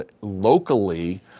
locally